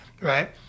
right